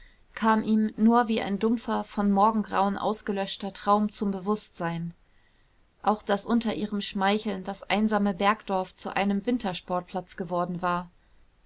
kam ihm nur wie ein dumpfer vom morgengrauen ausgelöschter traum zum bewußtsein auch daß unter ihrem schmeicheln das einsame bergdorf zu einem wintersportplatz geworden war